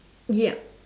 ya